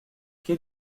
quai